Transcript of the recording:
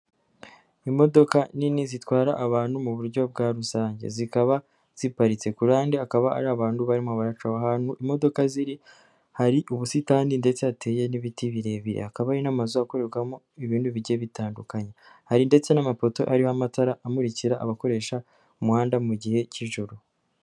Imodoka nini zitwara abantu mu buryo bwa rusange, zikaba ziparitse, ku ruhande hakaba hari abantu barimo baracaho, ahantu imodoka ziri hari ubusitani ndetse hateye n'ibiti birebire, hakaba ari n'amazu akorerwamo ibintu bigiye bitandukanye, hari ndetse n'amapoto ariho amatara amurikira abakoresha umuhanda mu gihe cy'ijoro.